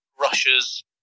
Russia's